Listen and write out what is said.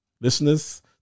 Listeners